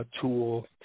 tool